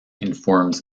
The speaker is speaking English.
informs